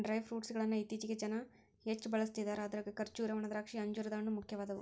dry fruit ಗಳ್ಳನ್ನ ಇತ್ತೇಚಿಗೆ ಜನ ಹೆಚ್ಚ ಬಳಸ್ತಿದಾರ ಅದ್ರಾಗ ಖರ್ಜೂರ, ಒಣದ್ರಾಕ್ಷಿ, ಅಂಜೂರದ ಹಣ್ಣು, ಮುಖ್ಯವಾದವು